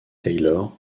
taylor